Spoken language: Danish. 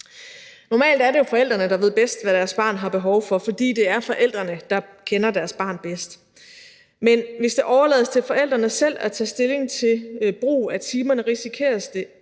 Normalt er det jo forældrene, der ved bedst, hvad deres barn har behov for, fordi det er forældrene, der kender deres barn bedst. Men hvis det overlades til forældrene selv at tage stilling til brug af timerne, risikeres det,